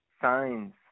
Signs